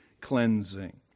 cleansing